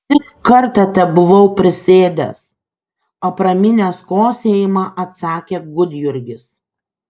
tik kartą tebuvau prisėdęs apraminęs kosėjimą atsakė gudjurgis